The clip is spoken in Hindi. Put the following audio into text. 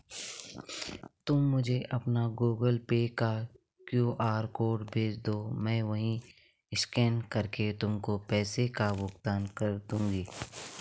तुम मुझे अपना गूगल पे का क्यू.आर कोड भेजदो, मैं वहीं स्कैन करके तुमको पैसों का भुगतान कर दूंगी